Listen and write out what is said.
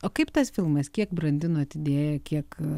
o kaip tas filmas kiek brandinot idėją kiek